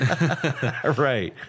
right